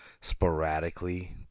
sporadically